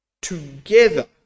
together